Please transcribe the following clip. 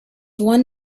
one